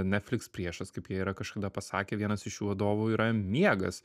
netfliks priešas kaip jie yra kažkada pasakė vienas iš jų vadovų yra miegas